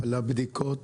מה נשאר